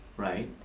right,